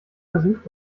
versucht